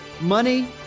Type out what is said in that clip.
money